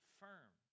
firm